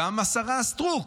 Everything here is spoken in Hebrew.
וגם השרה סטרוק,